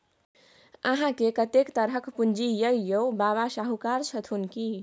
अहाँकेँ कतेक तरहक पूंजी यै यौ? बाबा शाहुकार छथुन की?